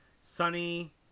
sunny